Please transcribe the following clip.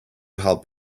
help